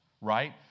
right